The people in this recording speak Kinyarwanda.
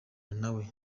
nawe